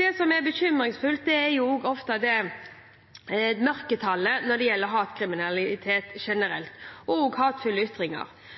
Det som er bekymringsfullt, er mørketallene når det gjelder både hatkriminalitet generelt og hatefulle ytringer. Det er nok slik som Oslo-politiet sier, at omfanget av hatefulle ytringer